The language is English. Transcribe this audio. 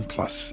Plus